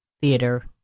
theater